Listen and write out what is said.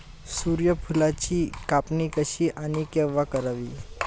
सूर्यफुलाची कापणी कशी आणि केव्हा करावी?